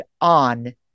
on